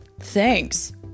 Thanks